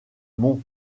mons